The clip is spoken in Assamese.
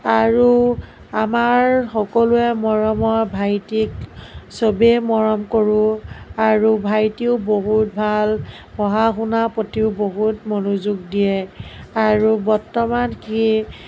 আৰু আমাৰ সকলোৰে মৰমৰ ভাইটিক চবে মৰম কৰোঁ আৰু ভাইটিও বহুত ভাল পঢ়া শুনাৰ প্ৰতিও বহুত মনোযোগ দিয়ে আৰু বৰ্তমান সি